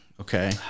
Okay